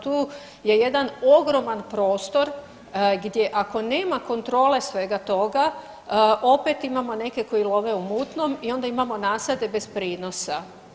Tu je jedan ogroman prostor gdje ako nema kontrole svega toga opet imamo neke koji love u mutnom i onda imamo nasade bez prinosa.